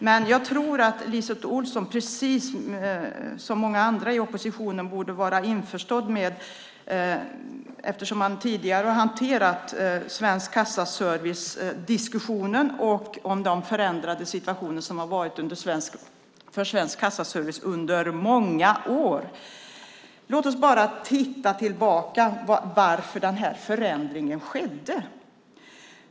Men LiseLotte Olsson borde, precis som många andra i oppositionen, vara införstådd med detta eftersom man tidigare har hanterat diskussionen om Svensk Kassaservice och den förändrade situationen för Svensk Kassaservice under många år. Låt oss bara titta tillbaka på varför denna förändring skedde.